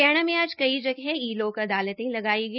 हरियाणा में आज कई जगह ई लोक अदालतें लगाई गई